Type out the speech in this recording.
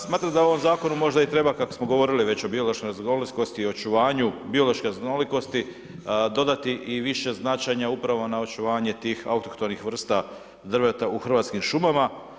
Smatram da u ovom zakonu možda i treba kako smo govorili već o biološkoj raznolikosti i očuvanju biološke raznolikosti dodati i više značaja upravo na očuvanju tih autohtonih vrsta drveta u hrvatskim šumama.